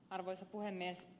arvoisa puhemies